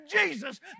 Jesus